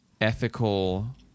ethical